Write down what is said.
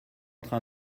train